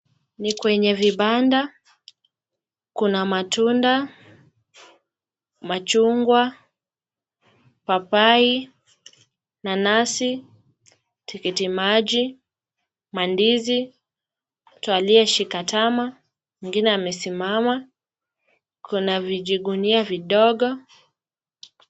Ni kwenye vibanda kuna matunda, machungwa, papai, nanazi, tikiti maji, mandizi, mtu aliye shika tama, mwingine amesimama kuna vijigunia vidogo.